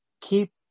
keep